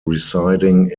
residing